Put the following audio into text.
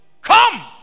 come